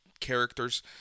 characters